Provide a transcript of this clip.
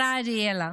אמרה אריאלה.